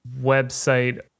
website